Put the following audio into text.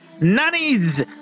nannies